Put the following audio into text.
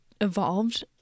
evolved